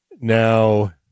Now